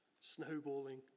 snowballing